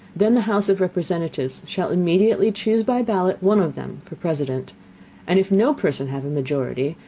then the house of representatives shall immediately chuse by ballot one of them for president and if no person have a majority,